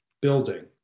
building